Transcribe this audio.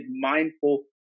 mindful